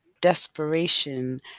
desperation